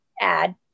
add